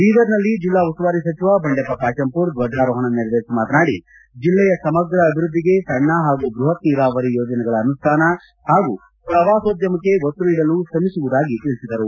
ಬೀದರ್ನಲ್ಲಿ ಜಿಲ್ಲಾ ಉಸ್ತುವಾರಿ ಸಚಿವ ಬಂಡೆಪ್ಪ ಖಾಶೆಂಪೂರ್ ದ್ವಜಾರೋಹಣ ನೆರವೇರಿಸಿ ಮಾತನಾಡಿ ಜಿಲ್ಲೆಯ ಸಮಗ್ರ ಅಭಿವೃದ್ಧಿಗೆ ಸಣ್ಣ ಹಾಗೂ ಬೃಹತ್ ನೀರಾವರಿ ಯೋಜನೆಗಳ ಅನುಷ್ಠಾನ ಹಾಗೂ ಪ್ರವಾಸೋದ್ಯಮಕ್ಕೆ ಒತ್ತು ನೀಡಲು ಶ್ರಮಿಸುವುದಾಗಿ ತಿಳಿಸಿದರು